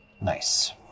Nice